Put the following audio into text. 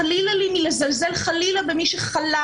חלילה לי מלזלזל במי שחלה